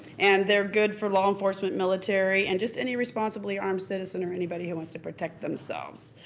and they're good for law enforcement, military, and just any responsibly armed citizen or anybody who wants to protect themselves.